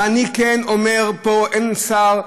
ואני כן אומר פה: אין שר,